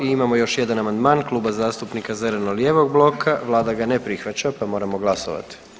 I imamo još jedan amandmana Kluba zastupnika zeleno-lijevog bloka, Vlada ga ne prihvaća pa moramo glasovati.